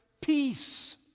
peace